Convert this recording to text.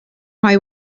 mae